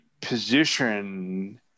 position